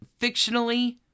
Fictionally